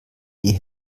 die